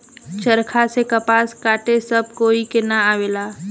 चरखा से कपास काते सब कोई के ना आवेला